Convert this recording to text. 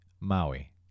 Maui